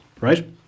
right